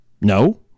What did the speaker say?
No